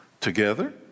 together